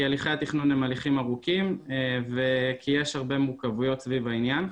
הליכי התכנון הם הליכים ארוכים וכי יש הרבה מורכבויות סביב העניין,